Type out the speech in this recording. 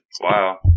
wow